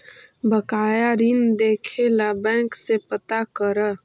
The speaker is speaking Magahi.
बकाया ऋण देखे ला बैंक से पता करअ